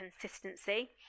consistency